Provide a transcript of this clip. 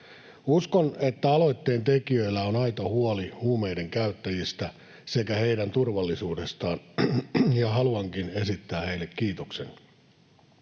Uskon, että aloitteentekijöillä on aito huoli huumeiden käyttäjistä sekä heidän turvallisuudestaan, ja haluankin esittää heille kiitoksen.